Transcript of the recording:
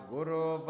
Guru